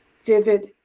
vivid